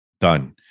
Done